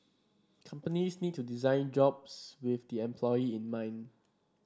companies need to design jobs with the employee in mind